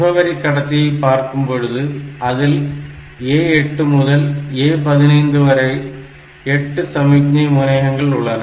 முகவரி கடத்தியை பார்க்கும்பொழுது அதில் A8 முதல் A15 வரை 8 சமிக்ஞை முனையங்கள் உள்ளன